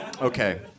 Okay